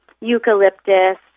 eucalyptus